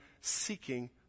seeking